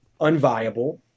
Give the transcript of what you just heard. unviable